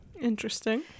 Interesting